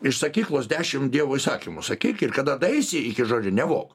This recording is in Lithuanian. iš sakyklos dešim dievo įsakymų sakyk ir kada daeisi iki žodžio nevok